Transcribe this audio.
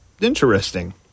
interesting